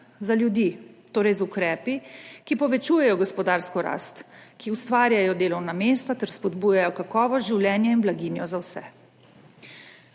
za ljudi, torej z ukrepi, ki povečujejo gospodarsko rast, ki ustvarjajo delovna mesta ter spodbujajo kakovost življenja in blaginjo za vse.